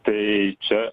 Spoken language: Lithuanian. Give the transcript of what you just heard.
tai čia